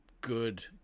good